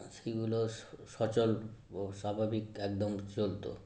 সেইগুলো সচল ও স্বাভাবিক একদম চলত